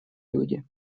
люди